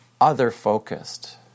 other-focused